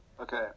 Okay